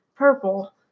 purple